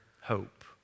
hope